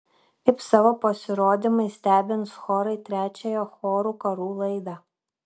kaip savo pasirodymais stebins chorai trečiąją chorų karų laidą